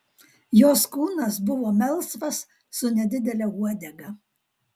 jos kūnas buvo melsvas su nedidele uodega